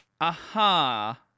Aha